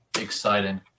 exciting